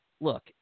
look